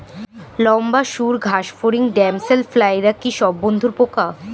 লম্বা সুড় ঘাসফড়িং ড্যামসেল ফ্লাইরা কি সব বন্ধুর পোকা?